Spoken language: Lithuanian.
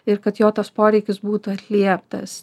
ir kad jo tas poreikis būtų atlieptas